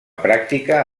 pràctica